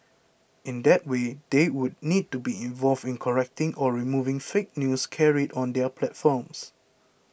in that way they would need to be involved in correcting or removing fake news carried on their platforms